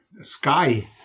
sky